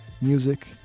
Music